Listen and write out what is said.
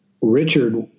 Richard